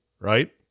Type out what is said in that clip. Right